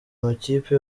amakipe